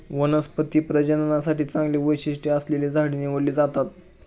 वनस्पती प्रजननासाठी चांगली वैशिष्ट्ये असलेली झाडे निवडली जातात